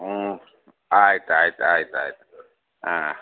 ಹ್ಞೂ ಆಯ್ತು ಆಯ್ತು ಆಯ್ತು ಆಯ್ತು ಹಾಂ